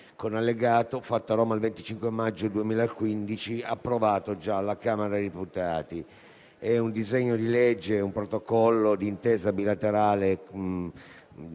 con allegato fatto a Roma il 25 maggio 2015, approvato già dalla Camera dei deputati, è un protocollo d'intesa bilaterale